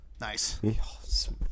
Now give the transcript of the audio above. Nice